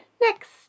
next